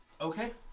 Okay